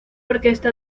orquesta